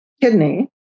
kidney